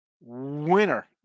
winner